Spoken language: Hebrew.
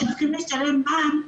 כשצריכים לשלם מע"מ,